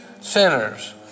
sinners